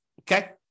Okay